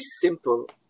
simple